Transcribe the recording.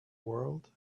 world